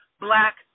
Black